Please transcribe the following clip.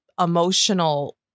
emotional